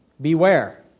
Beware